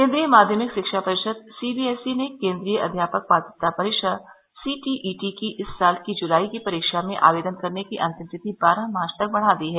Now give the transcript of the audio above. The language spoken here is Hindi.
केंद्रीय माध्यमिक शिक्षा परिषद सीबीएसई ने केंद्रीय अध्यापक पात्रता परीक्षा सीटीईटी की इस साल जुलाई की परीक्षा में आवेदन करने की अंतिम तिथि बारह मार्च तक बढ़ा दी है